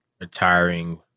retiring